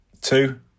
Two